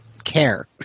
care